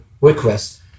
request